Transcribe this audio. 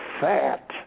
fat